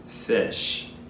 fish